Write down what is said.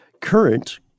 current